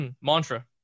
mantra